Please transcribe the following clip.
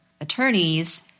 attorneys